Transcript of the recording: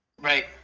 Right